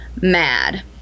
mad